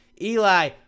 Eli